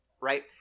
right